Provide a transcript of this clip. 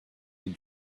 your